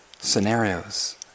scenarios